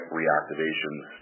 reactivations